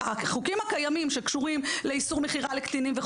החוקים הקיימים שקשורים לאיסור מכירה לקטינים,